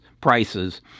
prices